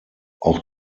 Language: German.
auch